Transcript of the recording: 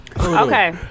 Okay